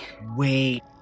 Wait